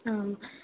आम्